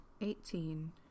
Eighteen